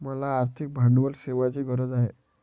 मला आर्थिक भांडवल सेवांची गरज आहे